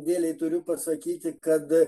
dėlei turiu pasakyti kad